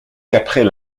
qu’après